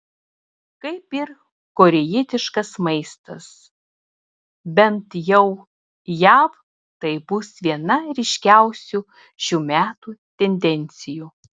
kaip ir korėjietiškas maistas bent jau jav tai bus viena ryškiausių šių metų tendencijų